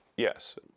Yes